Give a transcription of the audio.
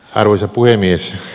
arvoisa puhemies